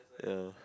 ya